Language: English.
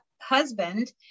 husband